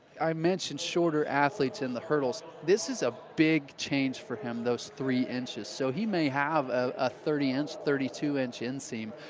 i mentioned shorter athletes in the hurdles. this is a big change for him, those three inches. so he may have a thirty inch, thirty two inch inseam.